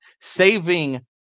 saving